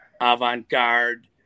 avant-garde